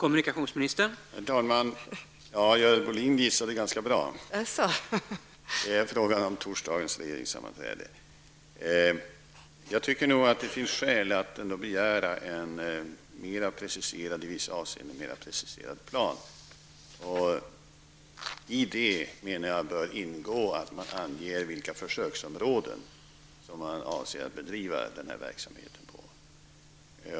Herr talman! Görel Bohlin gissade ganska bra -- jag kommer att ta upp frågan på torsdagens regeringssammanträde. Jag tycker ändå att det finns skäl att begära en i vissa avseenden mer preciserad plan. Häri bör ingå att man anger vilka försöksområden verksamheten skall omfatta.